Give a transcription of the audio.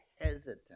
hesitant